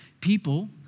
People